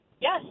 Yes